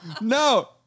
No